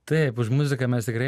taip už muziką mes tikrai